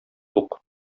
тук